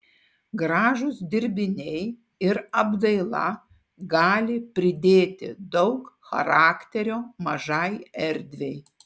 gražūs dirbtiniai ir apdaila gali pridėti daug charakterio mažai erdvei